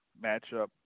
matchup